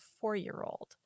four-year-old